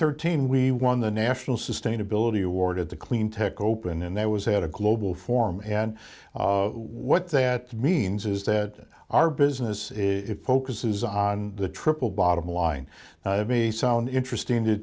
thirteen we won the national sustainability award at the cleantech open and that was at a global forum and what that means is that our business is focuses on the triple bottom line may sound interesting to